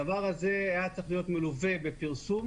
הדבר הזה היה צריך להיות מלווה בפרסום,